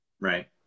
Right